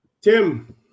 Tim